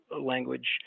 language